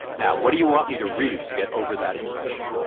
now, what do you want me to read to get over that impression?